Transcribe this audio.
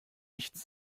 nichts